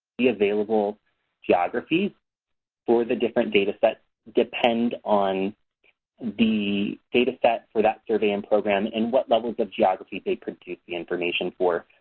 the available geography for the different data sets depends on the data set for that survey and program and what levels of geography they produce the information for.